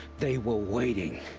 they were waiting!